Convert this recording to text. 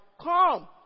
come